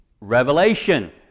Revelation